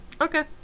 okay